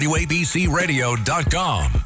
WABCRadio.com